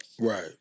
Right